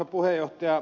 tämä ed